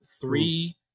three